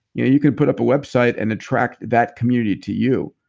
you know you could put up a website and attract that community to you.